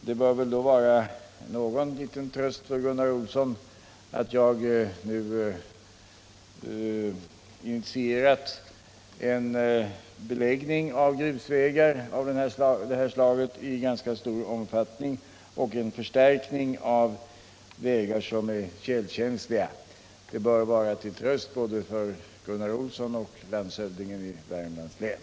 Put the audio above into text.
Det bör då vara någon liten tröst för Gunnar Olsson att jag nu initierat beläggning av grusvägar i ganska stor omfattning och förstärkning av vägar som är tjälkänsliga. Det bör vara till tröst både för Gunnar Olsson och för landshövdingen i Värmlands län.